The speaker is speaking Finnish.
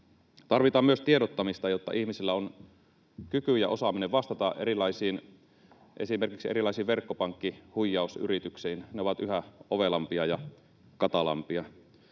Tarvitaan myös tiedottamista, jotta ihmisillä on kyky ja osaaminen vastata esimerkiksi erilaisiin verkkopankkihuijausyrityksiin — ne ovat yhä ovelampia ja katalampia.